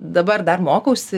dabar dar mokausi